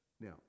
Now